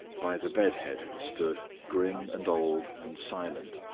by the bed head stood, grim, and old, and silent,